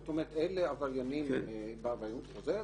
זאת אומרת אלה עבריינים בעבריינות חוזרת.